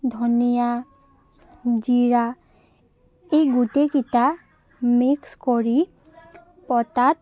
ধনিয়া জিৰা এই গোটেইকিটা মিক্স কৰি পটাত